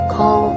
Call